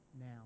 now